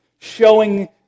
showing